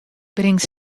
bringt